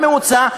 בממוצע,